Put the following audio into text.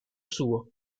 suo